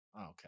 Okay